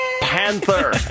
Panther